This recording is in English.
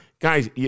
Guys